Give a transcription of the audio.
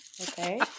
okay